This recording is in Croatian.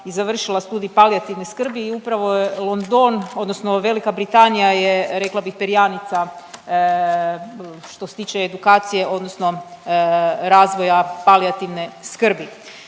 i završila Studij palijativne skrbi i upravo je London odnosno Velika Britanija je rekla bih perjanica što se tiče edukacije odnosno razvoja palijativne srkbi.